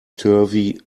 turvy